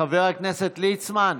חבר הכנסת ליצמן,